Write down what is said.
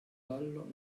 ballo